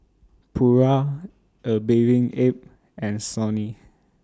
Pura A Bathing Ape and Sony